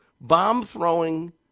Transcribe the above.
bomb-throwing